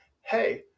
Hey